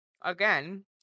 again